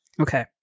okay